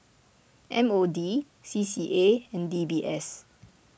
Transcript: M O D C C A and D B S